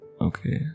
Okay